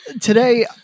today